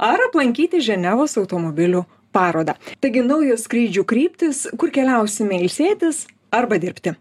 ar aplankyti ženevos automobilių parodą taigi naujos skrydžių kryptys kur keliausime ilsėtis arba dirbti